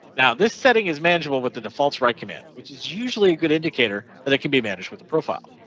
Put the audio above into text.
now this setting is manageable with the defaults write command which is usually a good indicator that it can be managed with the profile.